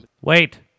Wait